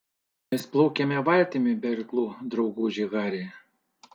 mes plaukiame valtimi be irklų drauguži hari